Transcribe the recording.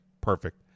perfect